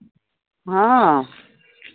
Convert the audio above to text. ᱦᱮᱸ